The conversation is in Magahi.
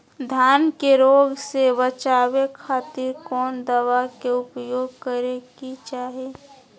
धान के रोग से बचावे खातिर कौन दवा के उपयोग करें कि चाहे?